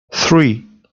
three